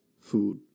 food